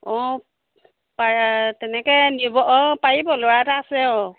অঁ পাৰ তেনেকৈ নিব অঁ পাৰিব অঁ ল'ৰা এটা আছে অঁ